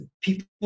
people